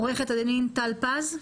עורכת הדין טל פז.